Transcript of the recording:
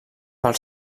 pel